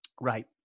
Right